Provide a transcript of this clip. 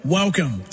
welcome